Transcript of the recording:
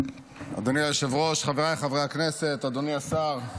אדוני היושב-ראש, חבריי חברי הכנסת, אדוני השר,